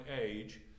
age